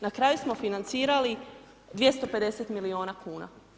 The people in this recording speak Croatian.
Na kraju smo financirali 250 milijuna kuna.